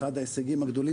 אחד ההישגים הגדולים,